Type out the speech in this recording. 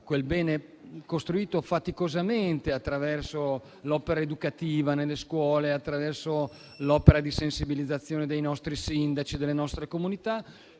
quel bene comune, costruito faticosamente attraverso l'opera educativa nelle scuole e quella di sensibilizzazione dei nostri sindaci e delle nostre comunità,